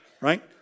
right